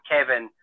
Kevin